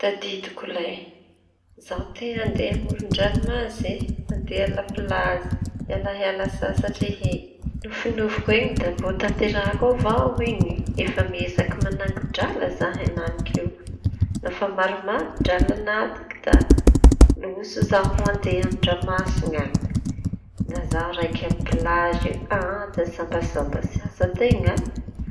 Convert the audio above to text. Tadidiko lay za te hande amoron-dranomasy ande a la pilazy hiala hiala sasatry e! Nofinofiko iñy da mbô tanterahako avao iñy, efa miezaky manango drala za enanik'io nofa maromaro dralana tik da loso zaho andeha andranomasiña any da za raiky amy pilazy any da sambasambatsy aza teña.